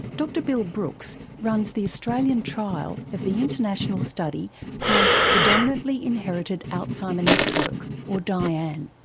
dr bill brooks runs the australian trial of the international study called the dominantly inherited alzheimer network or dian.